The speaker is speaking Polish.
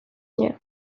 nie